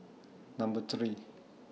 Number three